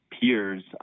peers